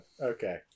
okay